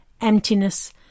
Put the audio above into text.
emptiness